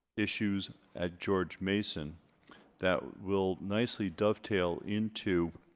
issues at george mason that will nicely ducktail into